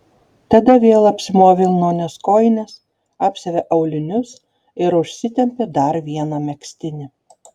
tada vėl apsimovė vilnones kojines apsiavė aulinius ir užsitempė dar vieną megztinį